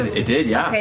it did, yeah.